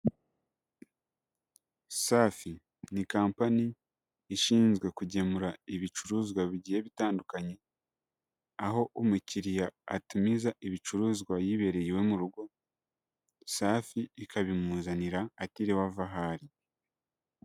Safi ni kampani ishinzwe kugemura ibicuruzwa bigiye bitandukanye, aho umukiriya atumiza ibicuruzwa yibereye iwe mu rugo, Safi ikabimuzanira atiriwe ava aho ari.